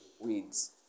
weeds